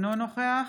אינו נוכח